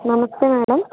నమస్తే మేడమ్